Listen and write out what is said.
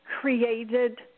created